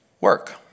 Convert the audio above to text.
Work